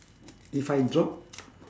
if I drop